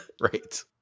Right